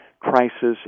Crisis